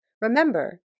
Remember